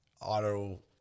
auto